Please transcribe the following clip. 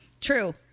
True